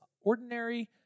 ordinary